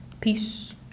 Peace